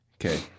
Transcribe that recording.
okay